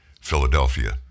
Philadelphia